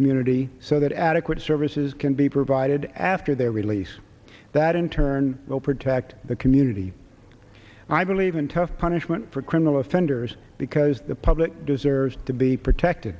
community so that adequate services can be provided after their release that in turn will protect the community and i believe in tough punishment for criminal offenders because the public deserves to be protected